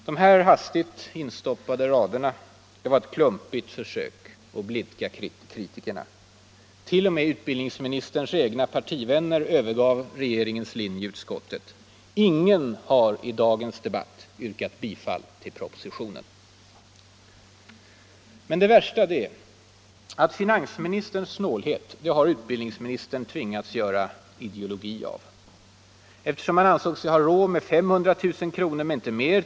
De här hastigt instoppade raderna var ett klumpigt försök att blidka kritikerna. T. o. m. utbildningsministerns egna partivänner övergav regeringens linje i utskottet. Ingen har i dagens debatt yrkat bifall till propositionen. Men det värsta är att finansministerns snålhet har utbildningsministern tvingats göra ideologi av. Eftersom man bara ansåg sig ha råd med 500 000 kr.